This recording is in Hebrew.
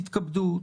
תתכבדו,